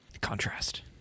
contrast